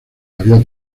había